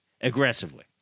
aggressively